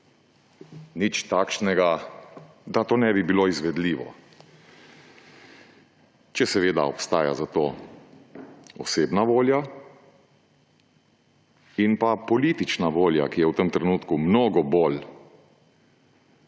nič takšnega, da to ne bi bilo izvedljivo, če seveda obstaja za to osebna volja in pa politična volja, ki je v tem trenutku mnogo bolj